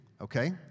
okay